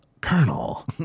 Colonel